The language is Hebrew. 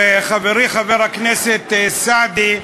וחברי חבר הכנסת סעדי,